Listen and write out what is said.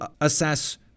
assess